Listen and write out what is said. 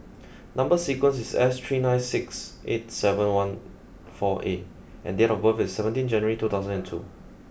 number sequence is S three nine six eight seven one four A and date of birth is seventeen January two thousand and two